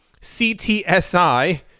CTSI